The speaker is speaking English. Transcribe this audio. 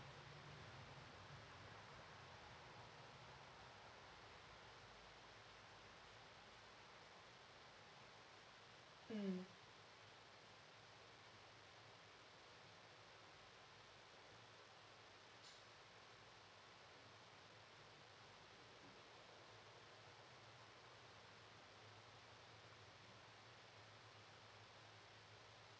mm